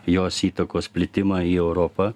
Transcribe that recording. jos įtakos plitimą į europą